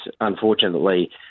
Unfortunately